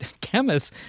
chemists